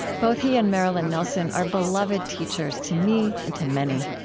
both he and marilyn nelson are beloved teachers to me and to many.